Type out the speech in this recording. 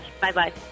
Bye-bye